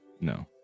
no